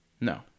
No